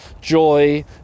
joy